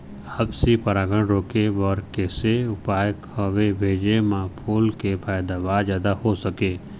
आपसी परागण रोके के कैसे उपाय हवे भेजे मा फूल के पैदावार जादा हों सके?